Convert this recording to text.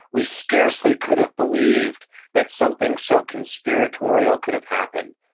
we scarcely could've believed that something so conspiratorial could've happened.